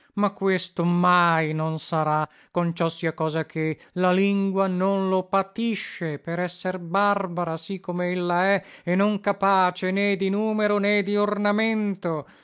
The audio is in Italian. ma questo mai non sarà conciosia cosa che la lingua non lo patisce per esser barbara sì come ella è e non capace né di numero né di ornamento